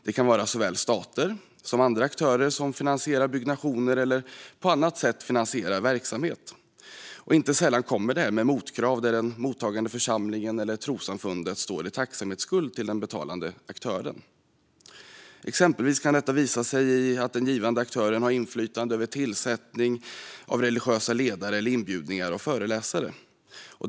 Det kan vara fråga om såväl stater som andra aktörer som finansierar byggnationer eller på annat sätt finansierar verksamhet. Inte sällan är detta förenat med motkrav så att den mottagande församlingen eller trossamfundet står i tacksamhetsskuld till den betalande aktören. Exempelvis kan detta visa sig i att den givande aktören har inflytande över tillsättning av religiösa ledare eller inbjudningar av föreläsare.